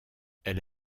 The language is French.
elle